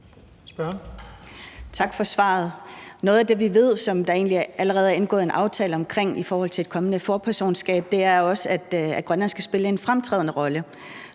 Tak for svaret. Noget af det, som vi ved der egentlig allerede er indgået aftale omkring i forhold til et kommende forpersonskab, er også, at Grønland skal spille en fremtrædende rolle.